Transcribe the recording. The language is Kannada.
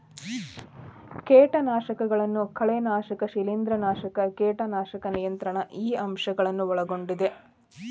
ಕೇಟನಾಶಕಗಳನ್ನು ಕಳೆನಾಶಕ ಶಿಲೇಂಧ್ರನಾಶಕ ಕೇಟನಾಶಕ ನಿಯಂತ್ರಣ ಈ ಅಂಶ ಗಳನ್ನು ಒಳಗೊಂಡಿದೆ